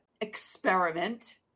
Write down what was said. experiment